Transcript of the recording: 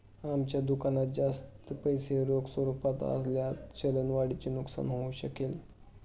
आमच्या दुकानात जास्त पैसे रोख स्वरूपात असल्यास चलन वाढीचे नुकसान होऊ शकेल